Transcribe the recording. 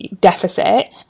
deficit